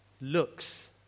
looks